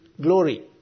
glory